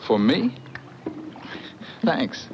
for me thanks